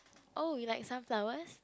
oh you like sunflowers